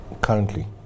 currently